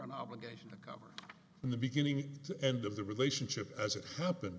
iran obligation to cover in the beginning to end of the relationship as it happened